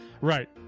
right